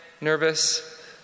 nervous